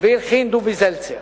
והלחין דובי זלצר: